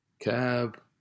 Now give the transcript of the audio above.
cab